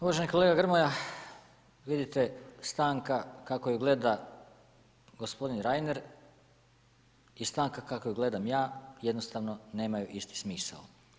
Uvaženi kolega Grmoja, vidite stanka kako ju gleda gospodin Reiner i stanka kako ju gledam ja jednostavno nemaju isti smisao.